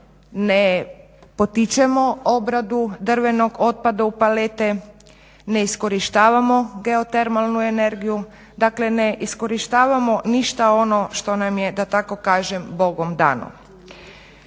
ne potičemo obradu drvenog otpada u palete, ne iskorištavamo geotermalnu energiju, dakle ne iskorištavamo ništa ono što nam je da tako kažem Bogom dano.